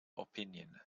opinion